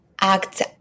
act